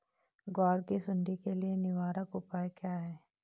ग्वार की सुंडी के लिए निवारक उपाय क्या है?